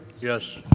Yes